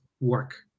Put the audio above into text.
work